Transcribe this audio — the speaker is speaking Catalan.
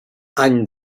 any